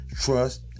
Trust